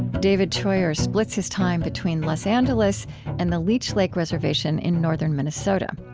david treuer splits his time between los angeles and the leech lake reservation in northern minnesota.